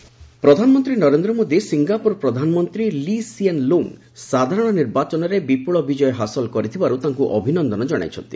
PM Lee Hsien Loong ପ୍ରଧାନମନ୍ତ୍ରୀ Narendra Modi Singapore ପ୍ରଧାନମନ୍ତ୍ରୀ Lee Hsien Loong ସାଧାରଣ ନିର୍ବାଚନରେ ବିପୁଳ ବିଜୟ ହାସଲ କରିଥିବାରୁ ତାଙ୍କୁ ଅଭିନନ୍ଦନ ଜଣାଇଛନ୍ତି